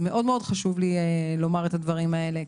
מאוד חשוב לי לומר כאן את הדברים האלה.